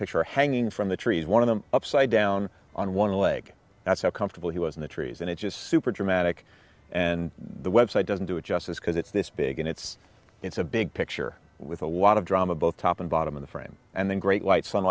picture hanging from the trees one of them upside down on one leg that's how comfortable he was in the trees and it just super dramatic and the website doesn't do it justice because it's this big and it's it's a big picture with a lot of drama both top and bottom of the frame and the great